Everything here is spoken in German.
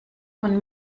von